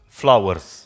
flowers